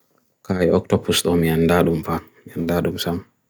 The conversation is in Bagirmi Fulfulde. kaya okto pustom ien dadumfak, ien dadumfak sam.